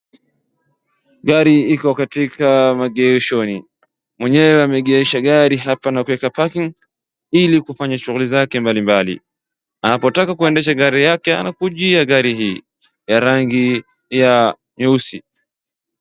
Gari iko katika maegeshoni, mwenyewe ameegesha gari hapa na kuweka parking ,ili kufanya shughuli zake mbalimbali. Anapotaka kuendesha gari lake anakujia gari hii ya rangi ya nyeusi.